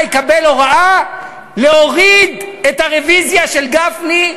יקבל הוראה להוריד את הרוויזיה של גפני,